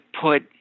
put